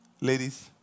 ladies